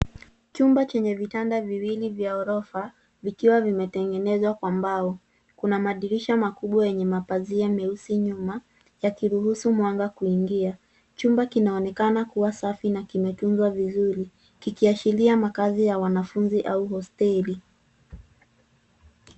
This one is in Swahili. Chumba chenye vitanda viwili vya ghorofa vikiwa vimetegenezwa kwa mbao. Kuna madirisha makubwa yenye mapazia meusi nyuma yakiruhusu mwanga kuingia. Chumba kinaonekana kuwa safi na kimetunzwa vizuri kikiashiria makazi ya wanafunzi au hosteli.